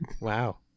Wow